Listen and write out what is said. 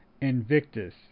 Invictus